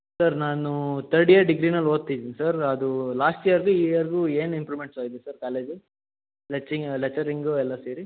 sir ನಾನು third year ಡಿಗ್ರಿನಲ್ಲಿ ಓದ್ತಿದೀನಿ ಸರ್ ಅದು ಲಾಸ್ಟ್ ಇಯರ್ದು ಈ ಇಯರ್ದು ಏನು ಇಂಪ್ರೂವ್ಮೆಂಟ್ಸಾಗಿದೆ ಸರ್ ಕಾಲೇಜು ಲೆಚ್ಚಿಂಗ ಲೆಚ್ಚರಿಂಗು ಎಲ್ಲ ಸೇರಿ